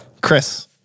Chris